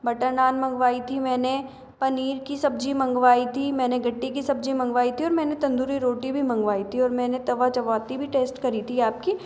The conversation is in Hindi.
बटर नान मँगवाई थी मैंने पनीर की सब्ज़ी मँगवाई थी मैंने गट्टे की सब्जी मँगवाई थी और मैंने तंदूरी रोटी भी मँगवाई थी और मैंने तवा चपाती भी टेस्ट करी थी आपकी